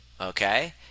okay